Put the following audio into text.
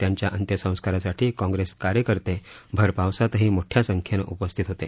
त्यांच्या अंत्यसंस्कारासाठी काँग्रेस कार्यकर्ते भर पावसातही मोठया संख्येनं उपस्थित होते